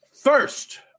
First